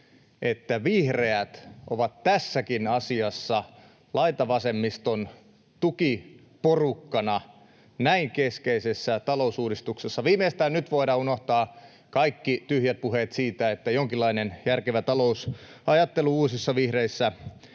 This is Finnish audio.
että vihreät ovat tässäkin asiassa laitavasemmiston tukiporukkana, näin keskeisessä talousuudistuksessa. Viimeistään nyt voidaan unohtaa kaikki tyhjät puheet siitä, että jonkinlainen järkevä talousajattelu uusissa vihreissä